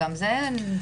גם זה מפריע.